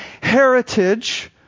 heritage